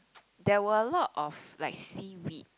there were a lot of like seaweed